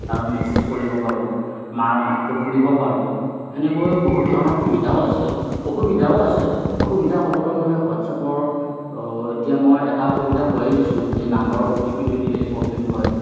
আৰু মেছেজ কৰিব পাৰোঁ মাৰ মাতটো শুনিব পাৰোঁ সেনেকৈ বহুত ধৰণৰ সুবিধাও আছে অসুবিধাও আছে অসুবিধা ক'বলৈ গ'লে হোৱাট্চআপৰ এতিয়া মই এটা অসুবিধা কৈয়ে দিছোঁ যে নাম্বাৰ অ টি পিটো দিলে প্ৰবলেম হয়